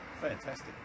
Fantastic